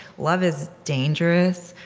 love is dangerous.